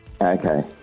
Okay